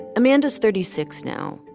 um and thirty six now.